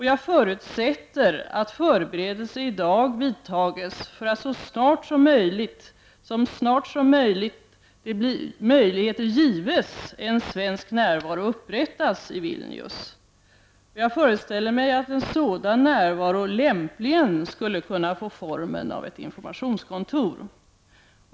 Jag förutsätter att förberedelser vidtas i dag för att så snart som möjligheter gives upprätta en svensk närvaro i Vilnius. Jag föreställer mig att en sådan närvaro lämpligen skulle kunna få formen av ett informationskontor.